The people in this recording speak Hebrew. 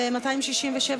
ב-267,